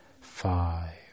five